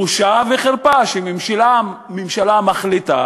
בושה וחרפה שהממשלה מחליטה